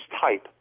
type